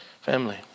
Family